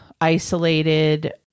isolated